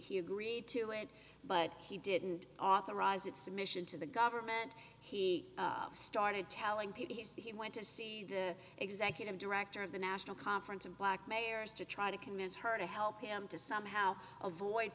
he agreed to it but he didn't authorize it submission to the government he started telling people he went to see the executive director of the national conference of black mayors to try to convince her to help him to somehow avoid